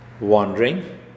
wandering